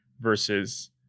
versus